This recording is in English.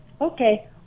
Okay